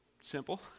Simple